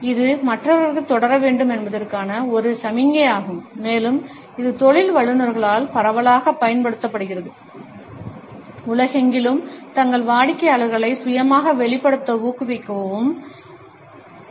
இது மற்றவர்களுக்குத் தொடர வேண்டும் என்பதற்கான ஒரு சமிக்ஞையாகும் மேலும் இது தொழில் வல்லுநர்களால் பரவலாகப் பயன்படுத்தப்படுகிறது உலகெங்கிலும் தங்கள் வாடிக்கையாளர்களை சுயமாக வெளிப்படுத்த ஊக்குவிக்கவும் ஊக்குவிக்கவும்